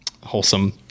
wholesome